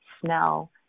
smell